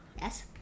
Yes